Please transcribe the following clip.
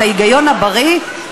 את ההיגיון הבריא,